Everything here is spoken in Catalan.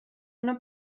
una